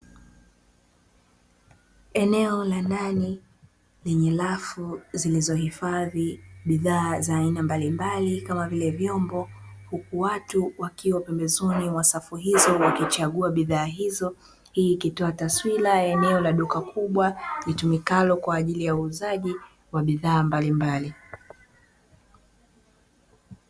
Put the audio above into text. Eneo la ndani lenye rafu zilizohifadhi bidhaa za aina mbalimbali, kama vile vyombo; huku watu wakiwa pembezoni mwa safu hizo wakichagua bidhaa hizo. Hii ikitoa taswira ya eneo la duka kubwa, litumikalo kwa ajili ya uuzaji wa bidhaa mbalimbali.